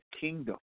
kingdom